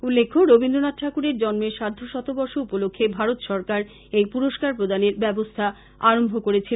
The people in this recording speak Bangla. উল্লেখ্য রবীন্দ্রনাথ ঠাকুরের জন্মের সার্দ্ধশতবর্ষ উপলক্ষে ভারত সরকার এই পুরস্কার প্রদানের ব্যবস্থা আরম্ভ করেছিল